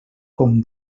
com